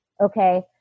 Okay